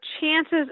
chances